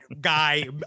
guy